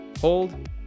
hold